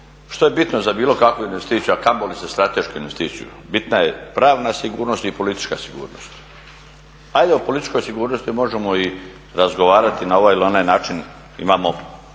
Što je bitno za bilo kakvu investiciju, a kamoli za stratešku investiciju? Bitna je pravna sigurnost i politička sigurnost. Ajde o političkoj sigurnosti možemo i razgovarati na ovaj ili onaj način,